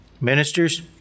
ministers